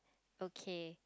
okay